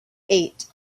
eight